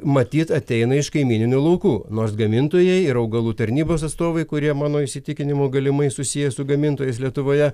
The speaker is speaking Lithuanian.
matyt ateina iš kaimyninių laukų nors gamintojai ir augalų tarnybos atstovai kurie mano įsitikinimu galimai susiję su gamintojais lietuvoje